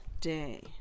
Day